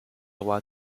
roi